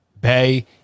bay